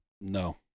No